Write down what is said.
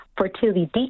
fertility